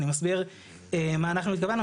אני מסביר מה אנחנו התכוונו.